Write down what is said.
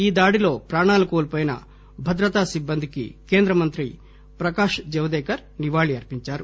ఈ దాడిలో ప్రాణాలు కోల్పోయిన భద్రతా సిబ్బందికి కేంద్ర మంత్రి ప్రకాష్ జవదేకర్ నివాళి అర్పించారు